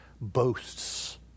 boasts